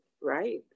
right